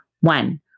One